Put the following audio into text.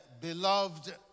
beloved